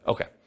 Okay